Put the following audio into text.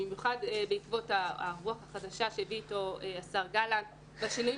במיוחד בעקבות הרוח החדשה שהביא אתו השר גלנט והשינויים